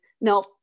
no